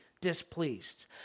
displeased